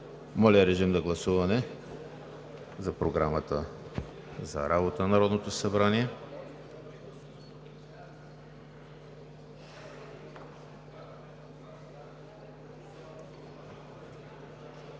Моля, режим на гласуване за Програмата за работата на Народното събрание.